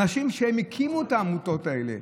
אנשים שהקימו את העמותות האלה.